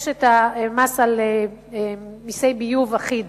יש מס ביוב אחיד